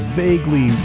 vaguely